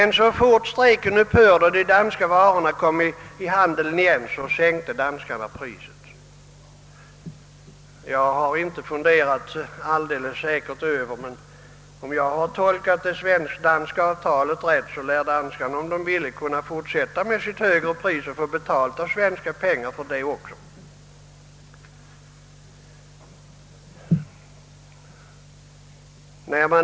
Men så fort strejken upphörde och de svenska varorna kom i handeln igen sänkte danskarna priset. Om jag har tolkat det svensk-danska avtalet rätt lär danskarna om de så vill kunna fortsätta att begära detta högre pris.